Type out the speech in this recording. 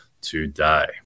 today